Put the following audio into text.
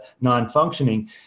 non-functioning